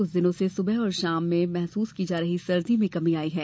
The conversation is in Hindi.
कुछ दिनों से सुबह और शाम महसूस की जा रही सर्दी में कमी आई है